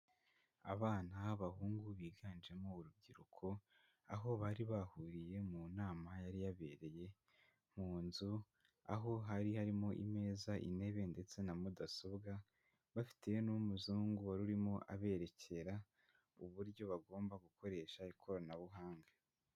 Abana b'abahungu biganjemo urubyiruko, aho bari bahuriye mu nama yari yabereye mu nzu, aho hari harimo imeza, intebe ndetse na mudasobwa, bafiteyo n'umuzungu wari urimo aberekera uburyo bagomba gukoresha ikoranabuhanga.